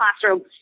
classroom